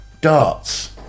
darts